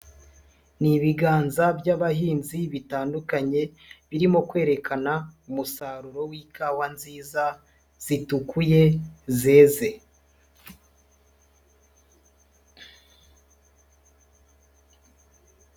Ni ibiganza by'abahinzi bitandukanye birimo kwerekana umusaruro w'ikawa nziza zitukuye zeze.